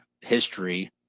history